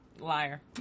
Liar